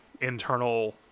internal